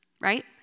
right